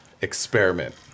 experiment